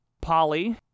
Polly